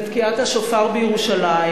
ותקיעת השופר בירושלים,